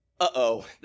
uh-oh